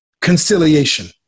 conciliation